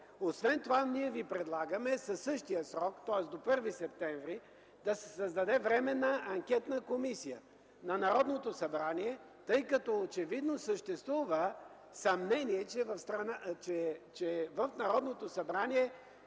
Освен това ние ви предлагаме със същия срок – тоест до 1 септември, да се създаде временна анкетна комисия на Народното събрание, тъй като очевидно съществува съмнение, че в Народното събрание